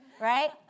right